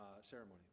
ceremony